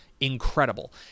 incredible